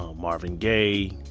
um marvin gaye,